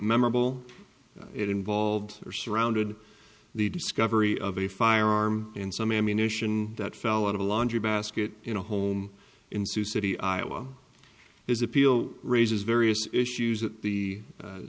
memorable it involved or surrounded the discovery of a firearm and some ammunition that fell out of a laundry basket you know home in sioux city iowa his appeal raises various issues at the